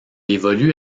évolue